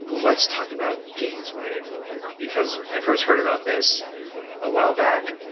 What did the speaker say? let's talk about gainswave because i first heard about this a while back.